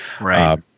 Right